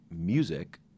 music